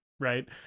Right